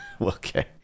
Okay